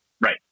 right